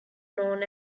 known